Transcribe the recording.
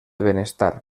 benestar